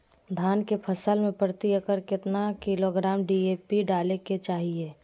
धान के फसल में प्रति एकड़ कितना किलोग्राम डी.ए.पी डाले के चाहिए?